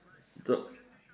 so